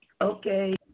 Okay